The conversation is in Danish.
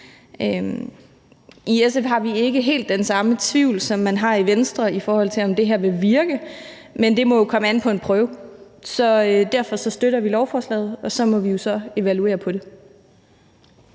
I SF har vi ikke helt den samme tvivl, som man har i Venstre, i forhold til om det her vil virke, men det må komme an på en prøve. Så derfor støtter vi lovforslaget, og så må vi jo evaluere på det.